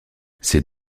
ces